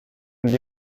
gli